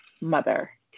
mother